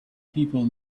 people